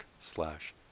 slash